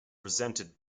resented